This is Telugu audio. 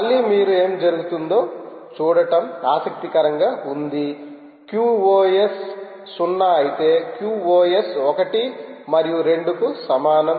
మళ్ళీ ఏమి జరుగుతుందో చూడటం ఆసక్తికరంగా ఉంది QoS 0 అయితే QoS ఒకటి మరియు రెండుకు సమానం